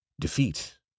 Defeat